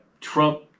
Trump